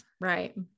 Right